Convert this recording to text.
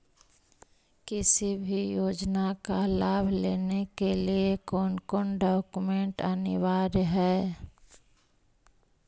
किसी भी योजना का लाभ लेने के लिए कोन कोन डॉक्यूमेंट अनिवार्य है?